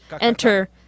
enter